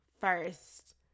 first